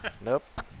Nope